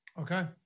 Okay